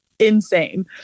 Insane